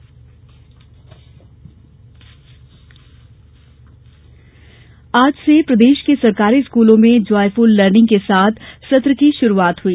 शिक्षा सत्र आज से प्रदेश के सरकारी स्कूलों में जॉयफुल लर्निंग के साथ सत्र की शुरूआत हुई